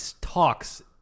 talks